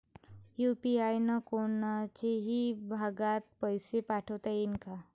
UPI न कोनच्याही भागात पैसे पाठवता येईन का?